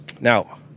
Now